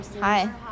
hi